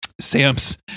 Sam's